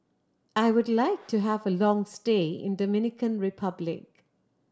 I would like to have a long stay in Dominican Republic